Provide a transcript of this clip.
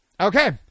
okay